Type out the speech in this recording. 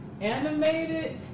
Animated